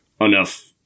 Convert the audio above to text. enough